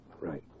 Right